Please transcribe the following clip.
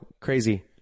Crazy